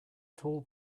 tall